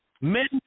Men